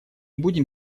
будем